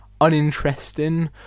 uninteresting